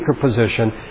position